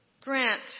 Grant